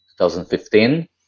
2015